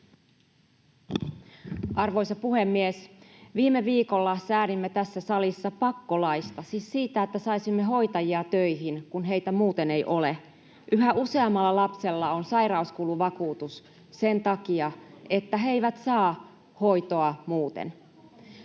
Arvoisa puhemies! Viime viikolla säädimme tässä salissa pakkolaista, siis siitä, että saisimme hoitajia töihin, kun heitä muuten ei ole. Yhä useammalla lapsella on sairauskuluvakuutus sen takia, että he eivät saa hoitoa muuten.